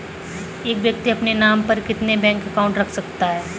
एक व्यक्ति अपने नाम पर कितने बैंक अकाउंट रख सकता है?